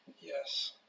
Yes